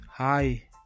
hi